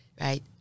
right